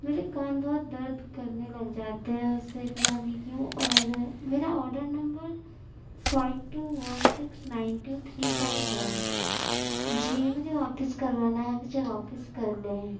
میرے کان بہت درد کرنے لگ جاتے ہیں اس سے پتا نہیں کیوں اور میرا order number five two one six nine two three five ہے جی مجھے واپس کروانا ہے آپ اسے واپس کر لیں